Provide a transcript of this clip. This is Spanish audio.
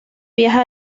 viaja